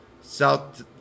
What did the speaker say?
South